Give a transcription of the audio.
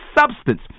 substance